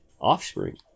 offspring